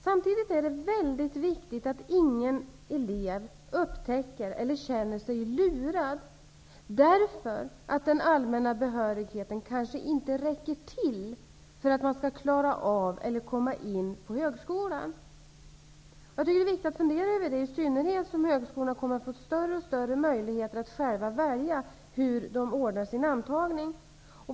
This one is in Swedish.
Samtidigt är det väldigt viktigt att ingen elev känner sig lurad, därför att den allmänna behörigheten kanske inte räcker till för att han eller hon skall komma in på högskolan och klara av den. Det är det viktigt att fundera över, i synnerhet som högskolorna kommer att få större möjligheter att själva välja hur de skall organisera sin antagning.